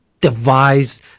devised